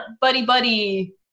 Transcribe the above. buddy-buddy